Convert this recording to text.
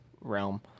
realm